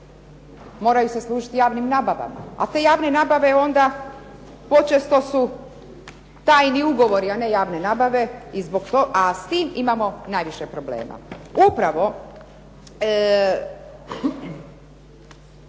moraju se služiti javnim nabavama, a te javne nabave onda počesto su tajni ugovori, a ne javne nabave, a s tim imamo najviše problema. Upravo